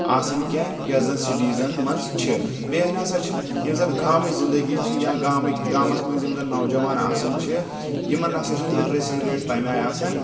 آسٕنۍ کینٛہہ یۄس زن سٹیٖزن منٛز چھِ بیٚیہِ نسا چھُنہٕ یِم زن گامٕکۍ زنٛدگی چھِ یا گامٕکۍ گامَس منٛز یِم زَن نوجوان آسان چھِ یِمن نسا چھنہٕ لِٹریسری ریٹ تَمہِ آیہِ آسان کیٚنٛہہ